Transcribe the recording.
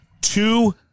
Two